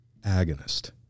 agonist